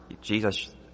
Jesus